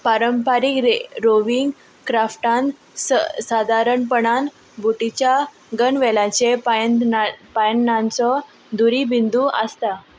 पारंपारीक रे रोवींग क्राफ्टान स सादारणपणान बोटीच्या गनवेलांचे पायंदना पायणांचो दुरी बिंदू आसता